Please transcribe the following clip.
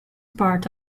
part